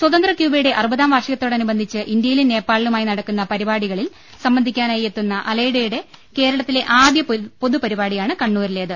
സ്വതന്ത്ര ക്യൂബയുടെ അറുപതാം വാർഷികത്തോടനുബന്ധിച്ച് ഇന്ത്യ യിലും നേപ്പാളിലുമായി നടക്കുന്ന പരിപാടികളിൽ സ്രംബന്ധിക്കാനായി എത്തുന്ന അലൈഡയുടെ കേരളത്തിലെ ആദ്യ പൊതുപരിപാടിയാണ് കണ്ണൂരിലേത്